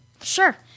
Sure